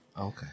Okay